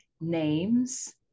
names